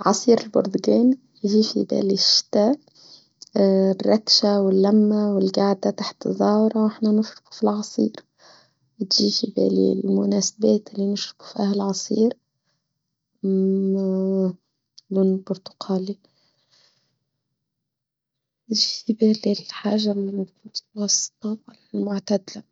عصير البرتغال يجيش في بالي الشتاء بالركشة واللمة والقعدة تحت الظاهرة ونحن نشرب في العصير يجيش في بالي المناسبات اللي نشرب فيها العصير لون البرتقالي يجيش في بالي الحاجة المتوسطة المعتدلة.